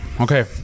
Okay